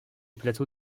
plateau